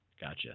Gotcha